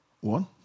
one